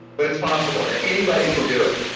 but it's possible, and anybody can do it.